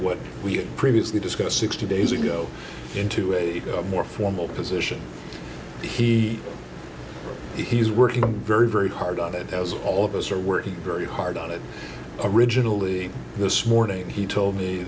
what we had previously discussed sixty days ago into a more formal position that he he's working very very hard on it as all of us are working very hard on it originally this morning he told me